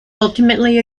ultimately